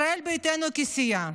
ישראל ביתנו כסיעה,